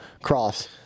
Cross